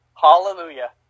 Hallelujah